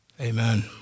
Amen